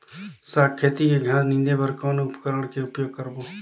साग खेती के घास निंदे बर कौन उपकरण के उपयोग करबो?